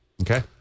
Okay